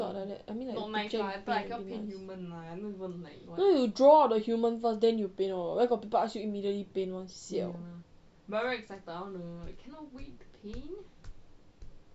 what like that I mean the picture you paint no you draw out the human first then you paint lor where got people ask you immediately paint [one] siao